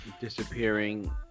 disappearing